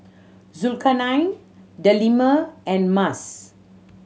Zulkarnain Delima and Mas